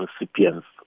recipients